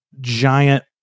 giant